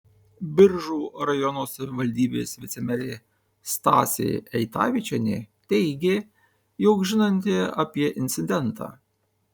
biržų rajono savivaldybės vicemerė stasė eitavičienė teigė jog žinanti apie incidentą